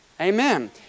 Amen